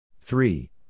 Three